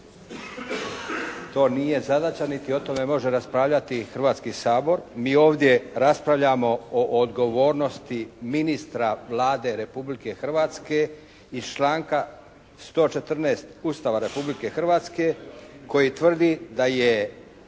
To nije zadaća niti o tome može raspravljati Hrvatski sabor. Mi ovdje raspravljamo o odgovornosti ministra Vlade Republike Hrvatske iz članka 114. Ustava Republike Hrvatske koji tvrdi da je